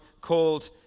called